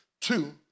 Two